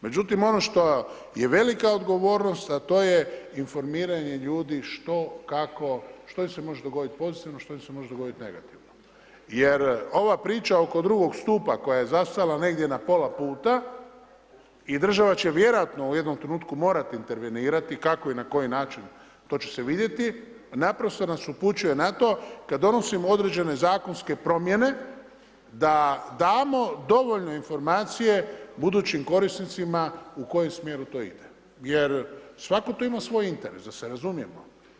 Međutim, ono što je velika odgovornost, a to je informiranje ljudi što, kako, što im se može dogoditi pozitivno, što im se može dogoditi negativno jer ova priča oko drugog stupa koja je zastala negdje na pola puta i država će vjerojatno u jednom trenutku morati intervenirati, kako i na koji način, to će se vidjeti, naprosto nas upućuje na to kada donosimo određene zakonske promjene da damo dovoljno informacije budućim korisnicima u kojem smjeru to ide jer svatko tu ima svoj interes, da se razumijemo.